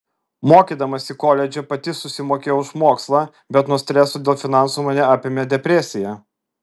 mokydamasi koledže pati susimokėjau už mokslą bet nuo streso dėl finansų mane apėmė depresija